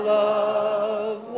love